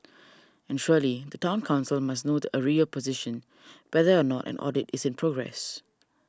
and surely the Town Council must know the arrears position whether or not an audit is in progress